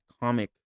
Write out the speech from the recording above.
comic